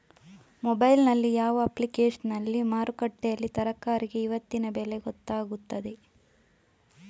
Mobile ನಲ್ಲಿ ಯಾವ ಅಪ್ಲಿಕೇಶನ್ನಲ್ಲಿ ಮಾರುಕಟ್ಟೆಯಲ್ಲಿ ತರಕಾರಿಗೆ ಇವತ್ತಿನ ಬೆಲೆ ಗೊತ್ತಾಗುತ್ತದೆ?